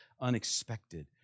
unexpected